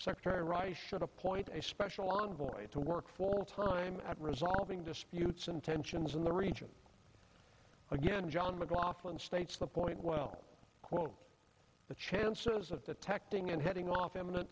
secretary rice should appoint a special envoy to work full time at resolving disputes and tensions in the region again john mclaughlin states the point well quote the chances of the texting and heading off eminent